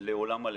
לעולם הלחימה.